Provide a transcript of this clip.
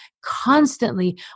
constantly